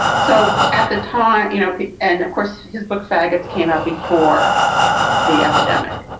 so at the time, you know, and of course, his book, fagots came out before the epidemic.